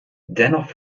dennoch